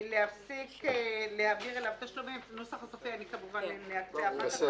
להפסיק להעביר אליו תשלומים" את הנוסח הסופי כמובן נעשה אחר כך,